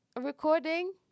recording